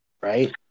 right